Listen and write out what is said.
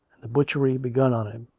the butchery begun on him